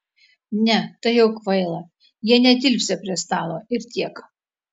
ne tai jau kvaila jie netilpsią prie stalo ir tiek